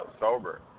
sober